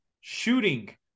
shooting